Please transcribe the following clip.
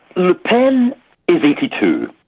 le pen is eighty two.